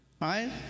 right